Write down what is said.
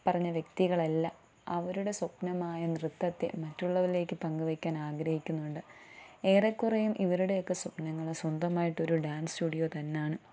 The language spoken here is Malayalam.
പറഞ്ഞ വ്യക്തികളെല്ലാം അവരുടെ സ്വപ്നമായ നൃത്തത്തെ മറ്റുള്ളവരിലേക്ക് പങ്കുവെക്കാൻ ആഗ്രഹിക്കുന്നുണ്ട് ഏറെക്കുറെയും ഇവരുടെയൊക്കെ സ്വപ്നങ്ങളെ സ്വന്തമായിട്ട് ഒരു ഡാൻസ് സ്റ്റുഡിയോ തന്നെ ആണ്